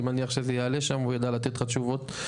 אני מניח שזה יעלה שם והוא ידע לתת לך תשובות.